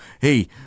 hey